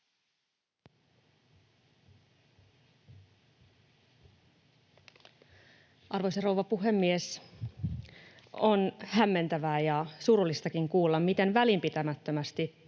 Arvoisa rouva puhemies! On hämmentävää ja surullistakin kuulla, miten välinpitämättömästi